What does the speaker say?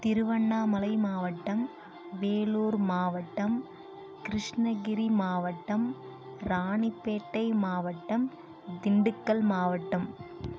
திருவண்ணாமலை மாவட்டம் வேலுார் மாவட்டம் கிருஷ்ணகிரி மாவட்டம் ராணிப்பேட்டை மாவட்டம் திண்டுக்கல் மாவட்டம்